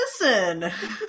Listen